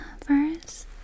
first